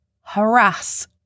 harass